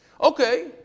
okay